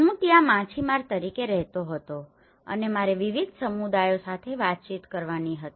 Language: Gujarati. હું ત્યાં માછીમાર તરીકે રહેતો હતો અને મારે વિવિધ સમુદાયો સાથે વાતચીત કરવાની હતી